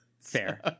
fair